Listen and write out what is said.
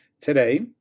today